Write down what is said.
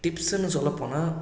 டிப்ஸ்ஸுன்னு சொல்லப்போனால்